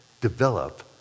develop